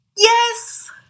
Yes